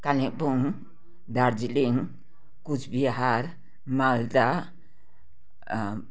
Kalimpong Darjeeling Cooch Behar Malda